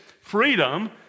freedom